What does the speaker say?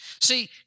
See